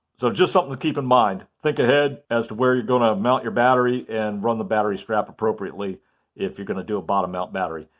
so, just something to keep in mind. think ahead as to where you're going to mount your battery and run the battery strap appropriately if you're going to do a bottom mount battery.